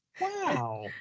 Wow